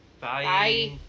Bye